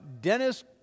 Dennis